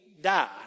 die